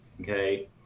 okay